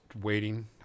waiting